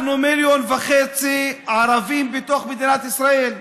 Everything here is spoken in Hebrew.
אנחנו מיליון וחצי ערבים בתוך מדינת ישראל.